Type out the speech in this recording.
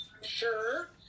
sure